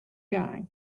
guy